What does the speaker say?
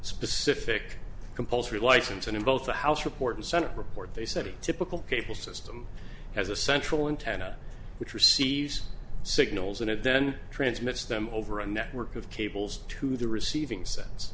specific compulsory license and in both the house report and senate report they said it typical cable system has a central intent which receives signals and it then transmits them over a network of cables to the receiving sense